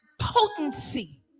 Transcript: potency